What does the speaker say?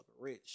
rich